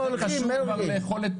זה קשור כבר ליכולת פריקה.